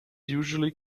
usually